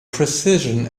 precision